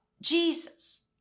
Jesus